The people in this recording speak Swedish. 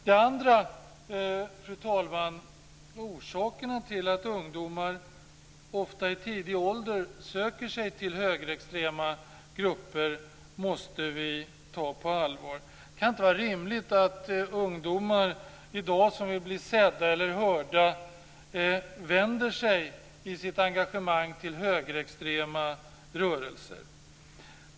Dels handlar det om orsakerna till att ungdomar, ofta i tidig ålder, söker sig till högerextrema grupper. Detta måste vi ta på allvar. Det kan inte vara rimligt att ungdomar i dag som vill bli sedda eller hörda i sitt engagemang vänder sig till högerextrema rörelser.